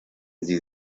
sie